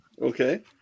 Okay